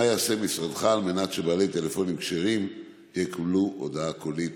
מה יעשה משרדך על מנת שבעלי טלפונים "כשרים" יקבלו גם הודעה קולית